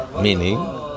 meaning